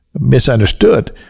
misunderstood